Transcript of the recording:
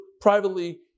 privately